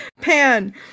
Pan